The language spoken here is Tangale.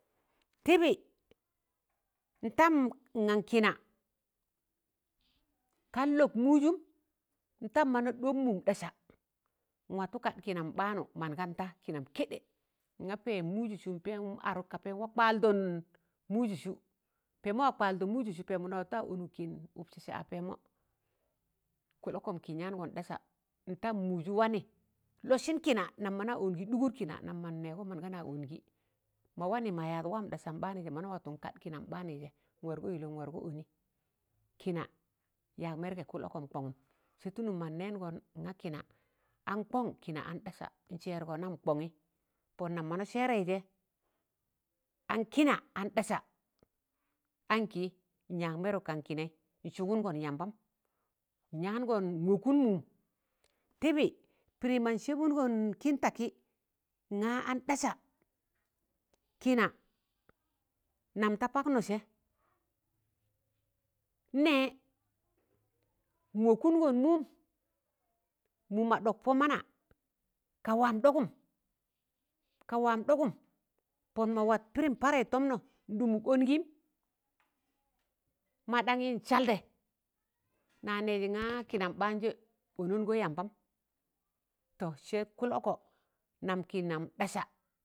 Tịbị ntam n gan kịna kan lọk mụụjụm n'tam mọna ɗ̣ọb mụụm ɗasa n'watụ kad kịnam ɓaamụ man ganda kịnam kẹɗ̣ẹ nga pẹẹm mụụjịjụ pẹẹm adụ ka pẹẹm kwaaldọn mụụjị sụ, pẹẹmọ wa kwaaldọn mụụjịsụ na watụ wa ọnụg kịn ụk sẹ sẹ a pẹẹmọ kụl'ọkọm kịn yaan gọn ɗasa n'tam mụụjụ wanị lọsịn kịna nam mana ọngị, dụgụr kịna nam, man nẹẹgọm mọnga na ọngị, ma wanị ma yaad waam ḍasam ḅaanụjẹ mana watụ nwa kad kịnam ɓaanụị jẹ nwargọ ịlẹ n'wa ọnị. Kịna yaag mẹrgẹ kụlọkọm kọṇụm, sẹ tụlụm mam nẹẹngọn nga kịna an kọn, kịna an dasa n'sẹẹrgọ nam kọṇị pọn nam mana sẹẹrẹị jẹ an kịna an dasa ankị nyaag mẹrụg kan kịnẹị n'sụgụngọn yambam, nyaan gọn n'wọkụm mụụm. Tịbị pịdịm mọn sẹbụngọn kịn takị nga anɗasa kịna nam da paknọsẹ n'nẹẹ nwọkụngọn mụụm, mụụm ma dọk pọ mana ka waam dọgụm, ka waam ɗọgụm, pọn ma wat pịdị mparẹị tọmnọ n'ɗụmụk ọngịm, maɗaṇyị nsaldẹ na nẹẹjị nga kịnam ɓaanjẹ ọnọngọ yambam to sẹ kụlọkọ nam kịnan ɗasa.